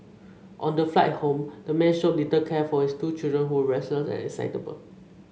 on the flight home the man showed little care for his two children who were restless and excitable